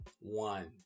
one